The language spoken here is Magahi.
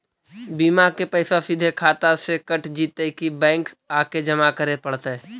बिमा के पैसा सिधे खाता से कट जितै कि बैंक आके जमा करे पड़तै?